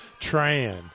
Tran